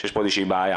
שיש פה איזושהי בעיה